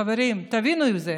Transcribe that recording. חברים, תבינו את זה.